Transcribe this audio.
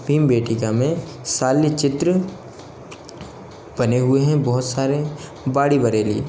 भीमबेटका में शैल चित्र बने हुए हैं बहुत सारे बाड़ी बरेली